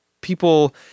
people